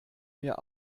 mir